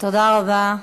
תודה רבה.